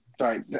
Sorry